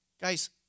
Guys